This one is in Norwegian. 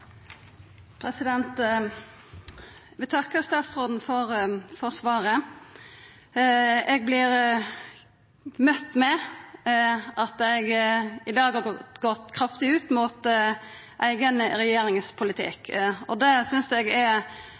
vil takka statsråden for svaret. Eg vert møtt med at eg i dag har gått kraftig ut mot politikken til eiga regjering – det synest eg er